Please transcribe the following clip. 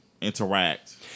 interact